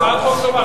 הצעת חוק טובה.